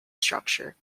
structure